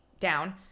down